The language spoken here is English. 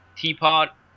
Teapot